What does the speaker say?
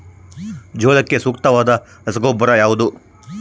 ಜೋಳಕ್ಕೆ ಸೂಕ್ತವಾದ ರಸಗೊಬ್ಬರ ಯಾವುದು?